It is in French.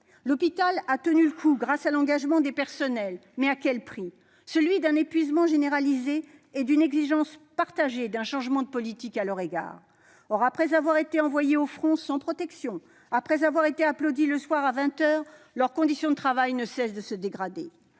L'hôpital a tenu le coup grâce à l'engagement des personnels, mais à quel prix ? Celui d'un épuisement généralisé et d'une exigence partagée d'un changement de politique à leur égard. Or, après qu'ils ont été envoyés au front sans protection, après qu'ils ont été applaudis le soir à vingt heures, leurs conditions de travail ne cessent de se dégrader.